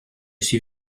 suis